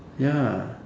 ya